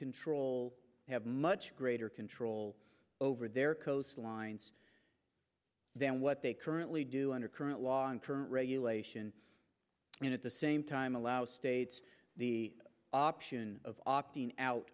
control have much greater control over their coastlines than what they currently do under current law and current regulation and at the same time allow states the option of opting out